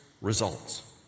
results